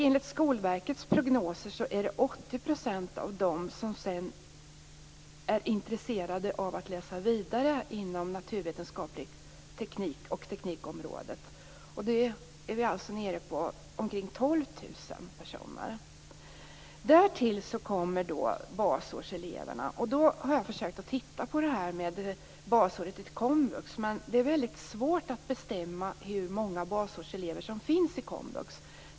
Enligt Skolverkets prognoser är 80 % av dem intresserade av att läsa vidare inom naturvetenskap, teknik och teknikområdet. Därmed är vi nere på omkring 12 000 personer. Därtill kommer basårseleverna. Jag har försökt att titta på basåret vad gäller komvux men det är väldigt svårt att bestämma hur många basårselever som finns i komvux.